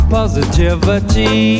positivity